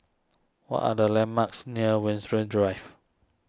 what are the landmarks near Winstedt Drive